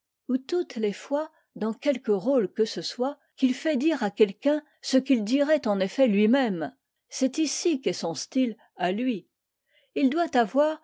ou toutes les fois dans quelque rôle que ce soit qu'il fait dire à quelqu'un ce qu'il dirait en effet lui-même c'est ici qu'est son style à lui il doit avoir